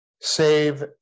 save